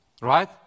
right